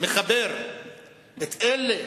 מחבר את אלה